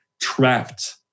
trapped